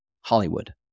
Hollywood